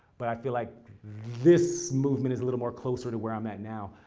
but i feel like this movement is a little more closer to where i'm at now.